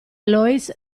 loïs